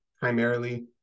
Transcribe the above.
primarily